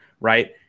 right